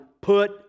put